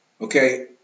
Okay